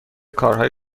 کارهای